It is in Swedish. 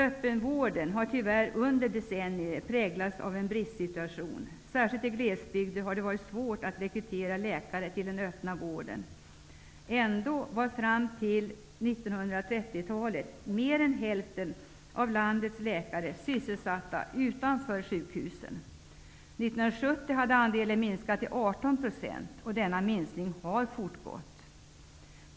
Öppenvården har, tyvärr under decennier, präglats av en bristsituation. Särskilt i glesbygder har det varit svårt att rekrytera läkare till den öppna vården. Ändå var fram till 1930-talet mer än hälften av landets läkare sysselsatta utanför sjukhusen. 1970 hade andelen minskat till 18 %, och denna minskning har fortgått.